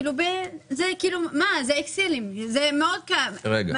זה אקסלים, זה מאוד קל.